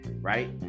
Right